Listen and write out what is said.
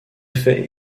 fait